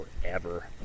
forever